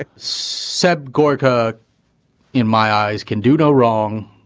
ah said gorka in my eyes, can do no wrong,